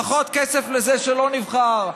פחות כסף לזה שלא נבחר.